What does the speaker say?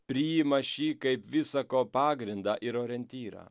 priima šį kaip visa ko pagrindą ir orientyrą